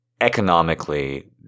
economically